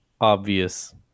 obvious